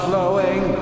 Flowing